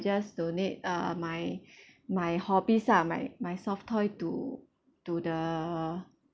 just donate uh my my hobbies ah my my soft toy to to the